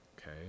okay